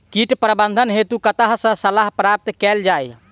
कीट प्रबंधन हेतु कतह सऽ सलाह प्राप्त कैल जाय?